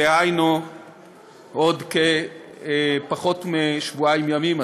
דהיינו עוד כפחות משבועיים ימים,